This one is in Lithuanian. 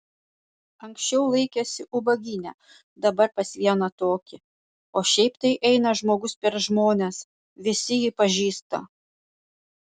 anksčiau laikėsi ubagyne dabar pas vieną tokį o šiaip tai eina žmogus per žmones visi jį pažįsta